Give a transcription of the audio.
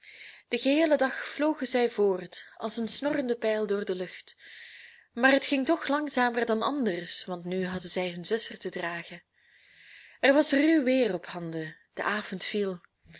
den geheelen dag vlogen zij voort als een snorrende pijl door de lucht maar het ging toch langzamer dan anders want nu hadden zij hun zuster te dragen er was ruw weer ophanden de avond viel